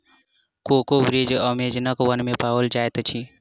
cocoa वृक्ष अमेज़नक वन में पाओल जाइत अछि